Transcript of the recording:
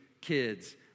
kids